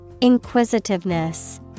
Inquisitiveness